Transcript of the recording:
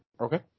Okay